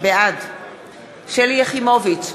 בעד שלי יחימוביץ,